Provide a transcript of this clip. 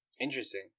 Interesting